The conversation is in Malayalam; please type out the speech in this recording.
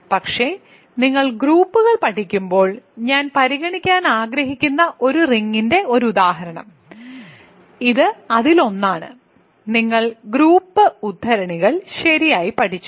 പക്ഷേ നിങ്ങൾ ഗ്രൂപ്പുകൾ പഠിക്കുമ്പോൾ ഞാൻ പരിഗണിക്കാൻ ആഗ്രഹിക്കുന്ന ഒരു റിങ്ങിന്റെ ഒരു ഉദാഹരണം ഇത് അതിൽ ഒന്ന് ആണ് നിങ്ങൾ ഗ്രൂപ്പ് ഉദ്ധരണികൾ ശരിയായി പഠിച്ചു